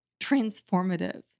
transformative